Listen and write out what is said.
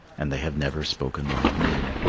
and they have never spoken like men.